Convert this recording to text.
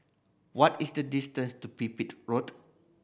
what is the distance to Pipit Road